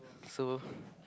so